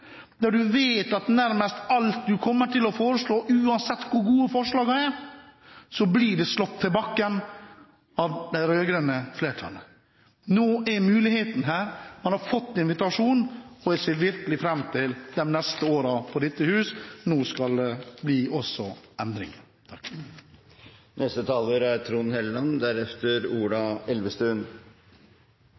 alt man kom til å foreslå, uansett hvor gode forslagene var, ble slått i bakken av det rød-grønne flertallet. Nå er muligheten her, man har fått invitasjon, og jeg ser virkelig fram til de neste årene i dette hus. Nå skal det også bli endringer.